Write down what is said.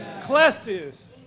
classes